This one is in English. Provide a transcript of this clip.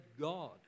God